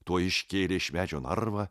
tuoj iškėrė iš medžio narvą